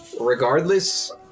regardless